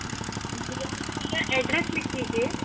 जी आप मेरा एड्रेस लिख लीजिए